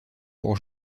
pour